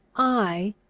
i,